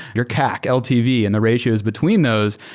your cac, ltv and the ratios between those,